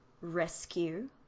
Rescue